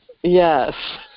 Yes